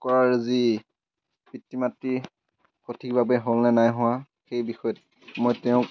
কৰাৰ যি পিতৃ মাতৃৰ সঠিকভাৱে হ'লনে নাই হোৱা সেই বিষয়ত মই তেওঁক